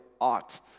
ought